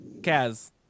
Kaz